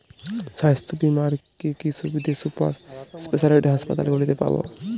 স্বাস্থ্য বীমার কি কি সুবিধে সুপার স্পেশালিটি হাসপাতালগুলিতে পাব?